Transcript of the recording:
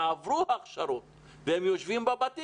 יש עוד 12,000 אנשים שעברו הכשרות והם יושבים בבית.